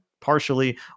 partially